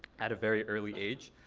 at a very early age.